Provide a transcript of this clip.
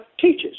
teaches